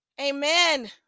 amen